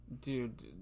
dude